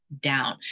down